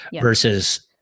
versus